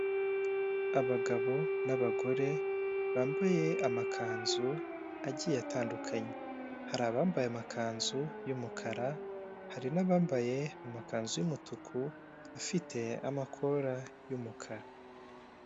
Abagabo n'abagore bambaye amakanzu agiye atandukanye, hari abambaye amakanzu y'umukara hari n'abambaye amakanzu umutuku afite amakora y'umukara.